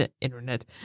internet